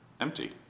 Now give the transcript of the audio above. empty